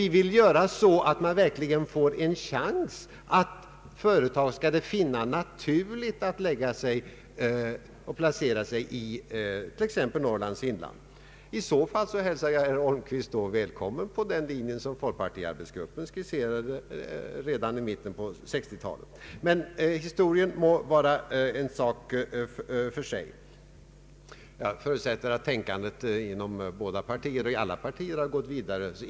Vi vill ordna det så att företagen finner det naturligt att placera sig i t.ex. Norrlands inland. I så fall hälsar jag herr Holmqvist välkommen på den linje som folkpartiarbetsgruppen skisserade redan i mitten av 1960-talet. Men historien må vara en sak för sig. Jag förutsätter att tänkandet inom alla partier gått vidare.